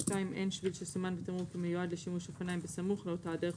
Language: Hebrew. (2) אין שביל שסומן בתמרור כמיועד לשימוש אופניים בסמוך לאותה הדרך,